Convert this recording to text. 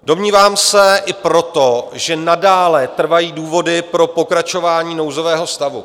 Domnívám se i proto, že nadále trvají důvody pro pokračování nouzového stavu.